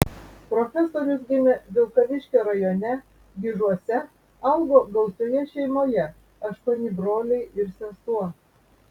profesorius gimė vilkaviškio rajone gižuose augo gausioje šeimoje aštuoni broliai ir sesuo